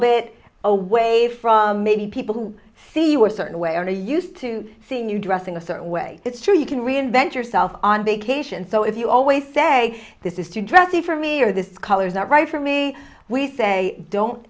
bit away from maybe people who see you were certain way only used to seeing you dressing a certain way it's true you can reinvent yourself on vacation so if you always say this is too dressy for me or this color is not right for me we say don't